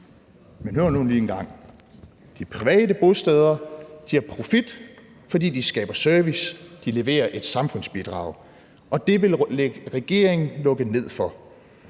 Men hør nu lige engang: De private bosteder har profit, fordi de skaber service, de leverer et samfundsbidrag, og det vil regeringen lukke ned for.